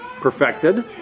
perfected